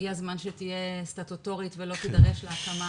הגיע הזמן שתהיה סטטוטורית ולא תידרש להקמה